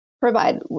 provide